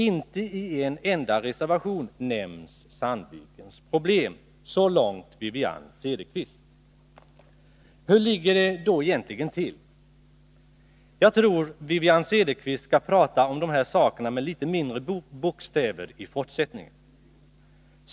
Inte i en enda reservation nämns Sandvikens problem.” Så långt Wivi-Anne Cederqvist. Hur ligger det då egentligen till? Jag tror att Wivi-Anne Cederqvist skall prata om de här sakerna med litet mindre bokstäver i fortsättningen.